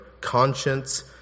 conscience